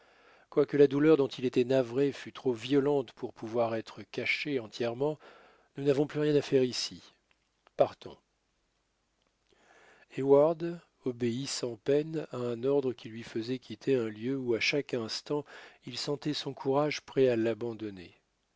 quoique la douleur dont il était navré fût trop violente pour pouvoir être cachée entièrement nous n'avons plus rien à faire ici partons heyward obéit sans peine à un ordre qui lui faisait quitter un lieu où à chaque instant il sentait son courage prêt à l'abandonner